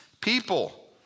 people